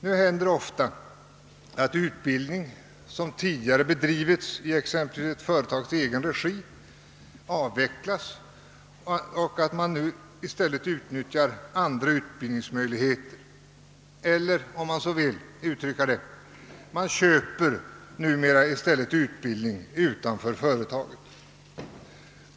Det händer ofta att utbildning, som tidigare bedrivits i ett företags egen regi, avvecklas och att man i stället utnyttjar andra utbildningsmöjligheter, dvs. man så att säga köper utbildning utanför företaget.